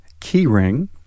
KeyRing